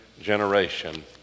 generation